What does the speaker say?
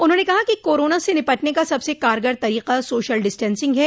उन्होंने कहा कि कोरोना से निपटने का सबसे कारगर तरीका सोशल डिस्टेंसिंग है